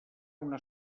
una